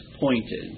pointed